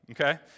okay